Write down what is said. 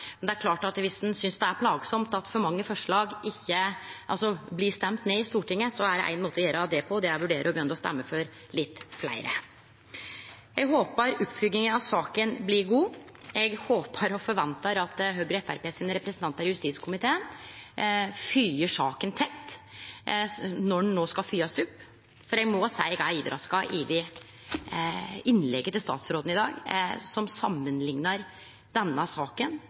det. Men viss ein synest det er plagsamt at for mange forslag blir stemte ned i Stortinget, er det ein måte å gjere noko med det på, og det er å vurdere å begynne å stemme for litt fleire. Eg håpar oppfølginga av saka blir god. Eg håpar og forventar at Høgres og Framstegspartiets representantar i justiskomiteen følgjer saka tett når ho no skal følgjast opp, for eg må seie eg er overraska over innlegget frå statsråden i dag, som samanliknar denne saka